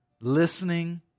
listening